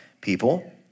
people